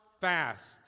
fast